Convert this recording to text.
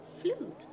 Flute